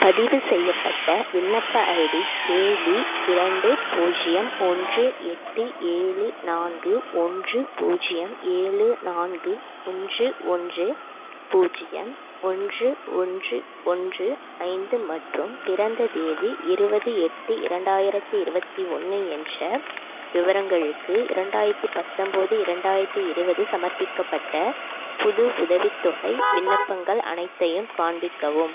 பதிவுசெய்யப்பட்ட விண்ணப்ப ID KD இரண்டு பூஜ்ஜியம் ஒன்று எட்டு ஏழு நான்கு ஒன்று பூஜ்ஜியம் ஏழு நான்கு ஒன்று ஒன்று பூஜ்ஜியம் ஒன்று ஒன்று ஒன்று ஐந்து மற்றும் பிறந்த தேதி இருபது எட்டு இரண்டாயிரத்து இருபத்தி ஒன்று என்ற விவரங்களுக்கு இரண்டாயிரத்து பத்தொம்பது இரண்டாயிரத்து இருபது சமர்ப்பிக்கப்பட்ட புது உதவித்தொகை விண்ணப்பங்கள் அனைத்தையும் காண்பிக்கவும்